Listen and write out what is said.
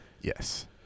Yes